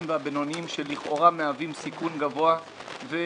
והבינוניים שלכאורה מהווים סיכון גבוה.